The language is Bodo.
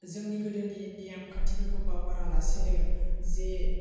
जोंनि गोदोनि नियम खान्थिफोरखौ बावगारालासेनो जे